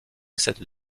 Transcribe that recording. cette